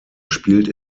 spielt